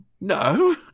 no